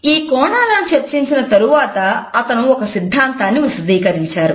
ఈ కోణాలను చర్చించిన తరువాత అతను ఒక సిద్ధాంతాన్ని విశదీకరించారు